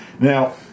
Now